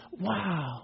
Wow